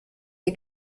der